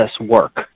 work